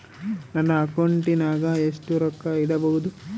ನನ್ನ ಅಕೌಂಟಿನಾಗ ಎಷ್ಟು ರೊಕ್ಕ ಇಡಬಹುದು?